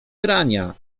grania